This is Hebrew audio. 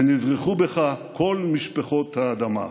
"ונברכו בך כל משפחות האדמה".